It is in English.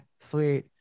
sweet